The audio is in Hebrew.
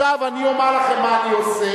אדוני היושב-ראש, עכשיו אני אומר לכם מה אני עושה,